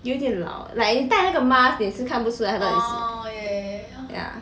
有点老 like 你戴了个 mask 你也是看不出来他的样子 ya